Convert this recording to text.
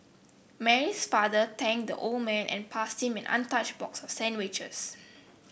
Mary's father thanked the old man and passed him an untouched box of sandwiches